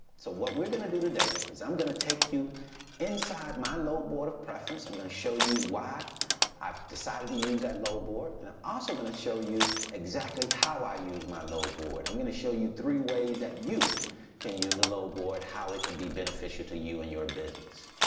so what we're gonna do today, is i'm gonna take you inside my load board of preference. i'm gonna show you why i've decided to use that load board. and i'm also gonna show you exactly how i use my load board. i'm gonna show you three ways that you can use a load board, how it can be beneficial to you and your business.